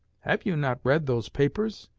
have you not read those papers?